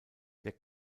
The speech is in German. der